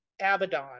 Abaddon